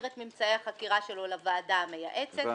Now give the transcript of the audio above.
את ממצאי החקירה שלו לוועדה המייעצת.